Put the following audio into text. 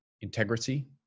integrity